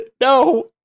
no